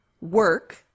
work